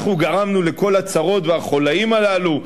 אנחנו גרמנו לכל הצרות והחוליים הללו,